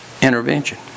Intervention